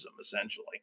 essentially